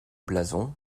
blason